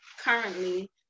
currently